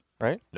right